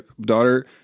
daughter